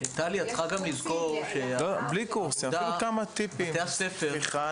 טיפים קטנים